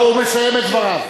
הוא מסיים את דבריו.